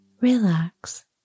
relax